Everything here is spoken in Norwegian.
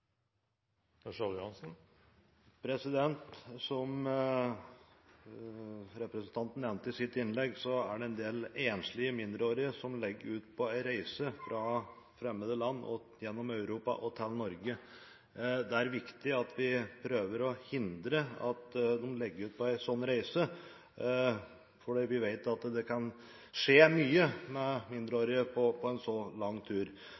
skal ligge. Som representanten nevnte i sitt innlegg, er det en del enslige mindreårige som legger ut på en reise fra fremmede land, gjennom Europa og til Norge. Det er viktig at vi prøver å hindre at de legger ut på en sånn reise, for vi vet at det kan skje mye med mindreårige på en så lang tur.